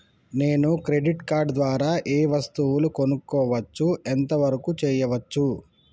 నేను credit card ద్వారా ఏం వస్తువులు కొనుక్కోవచ్చు ఎంత వరకు చేయవచ్చు?